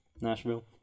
Nashville